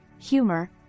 humor